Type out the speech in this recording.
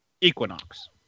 Equinox